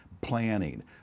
planning